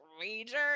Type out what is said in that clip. rager